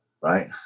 right